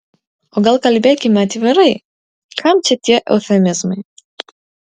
o gal kalbėkime atvirai kam čia tie eufemizmai